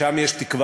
שם יש תקווה",